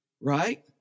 Right